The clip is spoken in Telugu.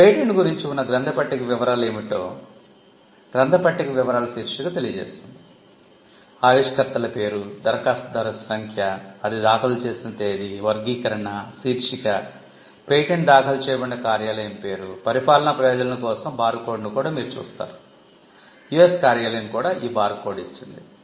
ఈ పేటెంట్ గురించి ఉన్న గ్రంథ పట్టిక వివరాలు ఏమిటో గ్రంథ పట్టిక వివరాల శీర్షిక తెలియ చేస్తుంది ఆవిష్కర్తల పేరు దరఖాస్తు సంఖ్య అది దాఖలు చేసిన తేదీ వర్గీకరణ శీర్షిక పేటెంట్ దాఖలు చేయబడిన కార్యాలయం పేరు పరిపాలనా ప్రయోజనాల కోసం బార్కోడ్ను కూడా మీరు చూస్తారు యుఎస్ కార్యాలయం కూడా ఈ బార్కోడ్ ఇచ్చింది